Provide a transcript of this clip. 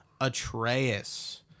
Atreus